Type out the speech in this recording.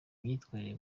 imyitwarire